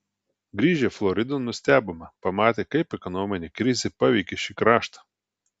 grįžę floridon nustebome pamatę kaip ekonominė krizė paveikė šį kraštą